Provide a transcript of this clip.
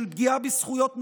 של פגיעה בזכויות נשים,